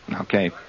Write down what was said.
Okay